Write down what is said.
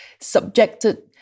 subjected